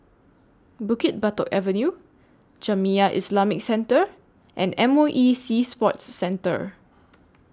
Bukit Batok Avenue Jamiyah Islamic Centre and M O E Sea Sports Centre